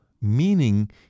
Meaning